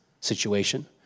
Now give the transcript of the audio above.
situation